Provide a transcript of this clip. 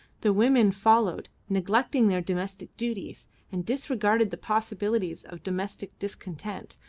the women followed, neglecting their domestic duties and disregarding the possibilities of domestic discontent,